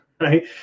Right